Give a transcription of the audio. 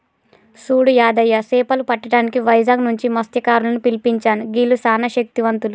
సూడు యాదయ్య సేపలు పట్టటానికి వైజాగ్ నుంచి మస్త్యకారులను పిలిపించాను గీల్లు సానా శక్తివంతులు